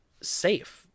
safe